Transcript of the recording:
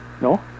No